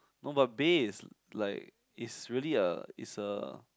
no but bae is like is really a is a